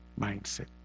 mindset